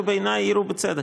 ובעיני העירו בצדק,